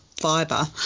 fiber